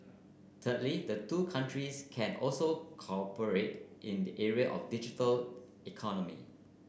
thirdly the two countries can also cooperate in the area of digital economy